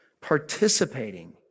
participating